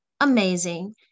amazing